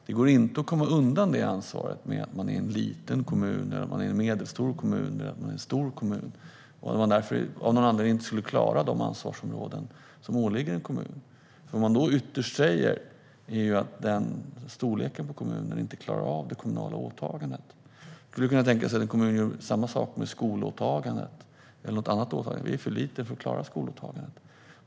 Det går inte att komma undan det ansvaret med att man är en liten kommun, en medelstor kommun eller en stor kommun och att man därför inte skulle klara de ansvarsområden som åligger en kommun. Vad man då ytterst säger är att en kommun av den storleken inte klarar av det kommunala åtagandet. Man skulle kunna tänka sig att en kommun gjorde samma sak med skolåtagandet eller något annat åtagande: Vi är en för liten kommun för att klara skolåtagandet.